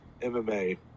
MMA